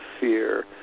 fear